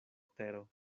tero